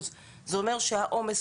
זה אומר שהעומס,